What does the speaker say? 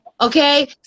okay